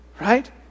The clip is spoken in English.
right